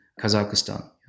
Kazakhstan